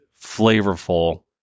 flavorful